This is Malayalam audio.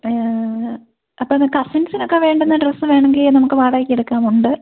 അപ്പോൾ എന്നാൽ കസിൻസിനൊക്കെ വേണ്ടുന്ന ഡ്രസ്സ് വേണമെങ്കിൽ നമുക്ക് വാടകയ്ക്ക് എടുക്കാം ഉണ്ട്